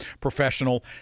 professional